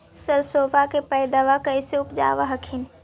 सरसोबा के पायदबा कैसे उपजाब हखिन?